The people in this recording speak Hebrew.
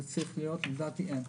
זה צריך להיות ולדעתי אין.